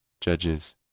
Judges